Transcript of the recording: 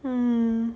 hmm